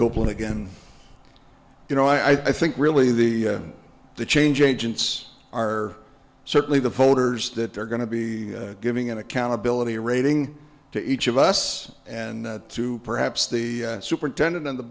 play again you know i think really the the change agents are certainly the voters that they're going to be giving an accountability rating to each of us and to perhaps the superintendent and the